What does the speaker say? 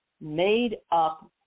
made-up